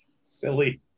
Silly